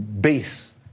base